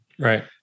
Right